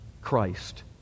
Christ